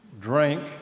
drink